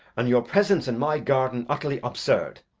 and your presence in my garden utterly absurd.